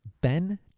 Ben